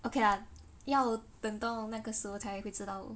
okay lah 要等到那个时候才会知道